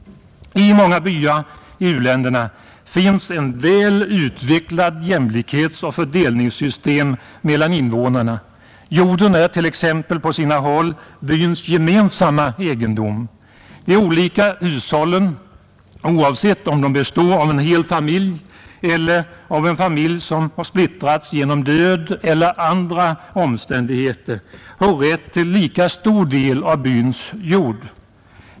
I många byar i u-länderna finns ett väl utvecklat jämlikhetsoch fördelningssystem mellan invånarna. Jorden är t.ex. på sina håll byns gemensamma egendom. De olika hushållen, oavsett om de består av en hel familj eller av en familj som splittrats genom död eller andra omständigheter, har rätt till lika stor del av byns jord.